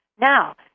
Now